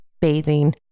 bathing